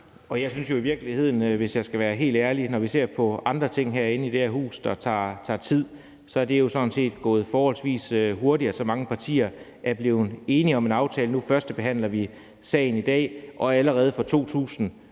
Jeg synes jo i virkeligheden, hvis jeg skal være helt ærlig, at når vi ser på andre ting herinde i det her hus, der tager tid, så er det her jo sådan set gået forholdsvis hurtigt, altså, mange partier er blevet enige om en aftale. Nu førstebehandler vi sagen i dag, og allerede fra 2025